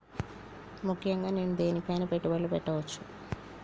ముఖ్యంగా నేను దేని పైనా పెట్టుబడులు పెట్టవచ్చు?